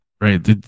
right